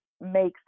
makes